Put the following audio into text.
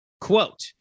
quote